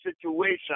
situation